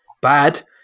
bad